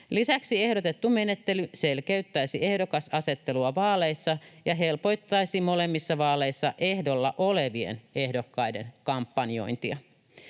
Lisäksi ehdotettu menettely selkeyttäisi ehdokasasettelua vaaleissa ja helpottaisi molemmissa vaaleissa ehdolla olevien ehdokkaiden kampanjointia.